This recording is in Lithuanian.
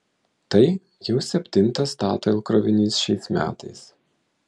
tai jau septintas statoil krovinys šiais metais